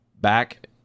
back